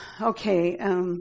okay